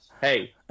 Hey